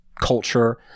culture